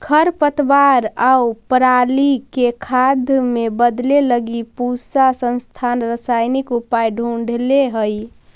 खरपतवार आउ पराली के खाद में बदले लगी पूसा संस्थान रसायनिक उपाय ढूँढ़ले हइ